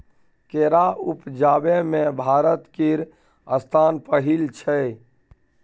केरा उपजाबै मे भारत केर स्थान पहिल छै